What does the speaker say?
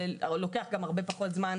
זה לוקח גם הרבה פחות זמן,